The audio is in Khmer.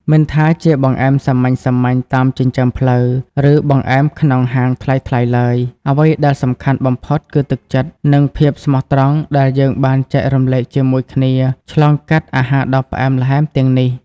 មិនថាជាបង្អែមសាមញ្ញៗតាមចិញ្ចើមផ្លូវ ឬបង្អែមក្នុងហាងថ្លៃៗឡើយ អ្វីដែលសំខាន់បំផុតគឺទឹកចិត្ត និងភាពស្មោះត្រង់ដែលយើងបានចែករំលែកជាមួយគ្នាឆ្លងកាត់អាហារដ៏ផ្អែមល្ហែមទាំងនេះ។